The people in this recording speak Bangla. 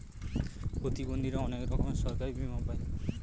প্রতিবন্ধীরা অনেক রকমের সরকারি বীমা পাই